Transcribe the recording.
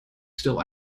still